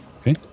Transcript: okay